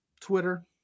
twitter